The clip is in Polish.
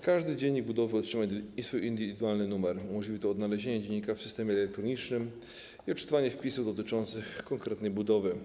Każdy dziennik budowy otrzyma indywidualny numer, co umożliwi odnalezienie go w systemie elektronicznym i odczytanie wpisów dotyczących konkretnej budowy.